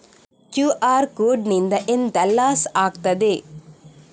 QR code ನಿಂದ ಎಂತ loss ಆಗ್ತದೆ?